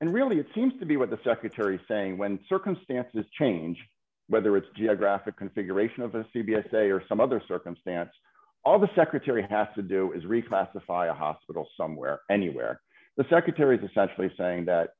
and really it seems to be what the secretary saying when circumstances change whether it's geographic configuration of a c b s say or some other circumstance all the secretary has to do is reclassify a hospital somewhere anywhere the secretaries essentially saying that